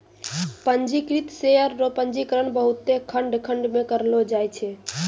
पंजीकृत शेयर रो पंजीकरण बहुते खंड खंड मे करलो जाय छै